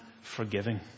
forgiving